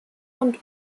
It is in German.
und